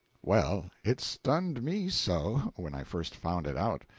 well, it stunned me so, when i first found it out,